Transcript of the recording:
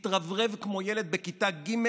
מתרברב כמו ילד בכיתה ג':